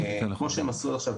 כמו שהם עשו עד עכשיו,